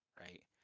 right